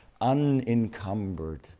unencumbered